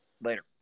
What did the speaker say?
Later